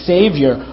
Savior